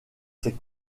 ses